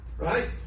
Right